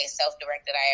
self-directed